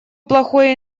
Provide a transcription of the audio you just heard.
плохой